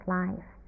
life